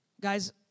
Guys